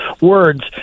words